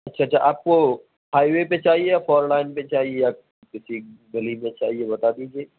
اچھا اچھا آپ کو ہائی وے پہ چاہیے یا فور لائن پہ چاہیے یا کسی گلی میں چاہیے بتا دیجیے